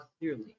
clearly